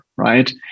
Right